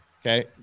okay